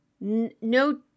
No